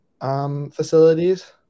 facilities